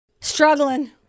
Struggling